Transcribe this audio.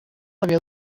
había